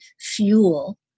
fuel